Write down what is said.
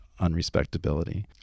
unrespectability